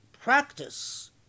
practice